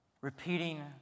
repeating